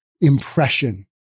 impression